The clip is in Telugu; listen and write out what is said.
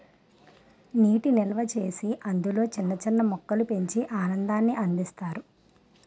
నీటి నిల్వచేసి అందులో చిన్న చిన్న మొక్కలు పెంచి ఆనందాన్ని అందిస్తారు